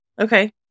Okay